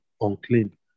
unclean